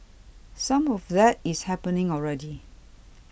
some of that is happening already